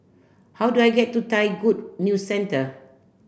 how do I get to Thai Good News Centre